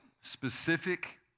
specific